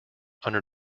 under